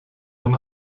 man